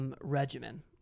regimen